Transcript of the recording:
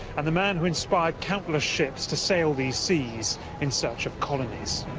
and the man who inspired countless ships to sail these seas in search of colonies.